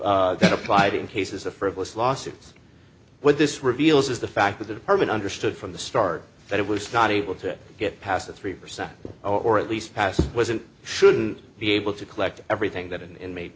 that applied in cases a frivolous lawsuits with this reveals is the fact that the department understood from the start that it was not able to get past the three percent or at least past wasn't shouldn't be able to collect everything that an inmate